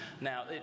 Now